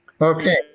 Okay